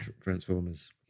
Transformers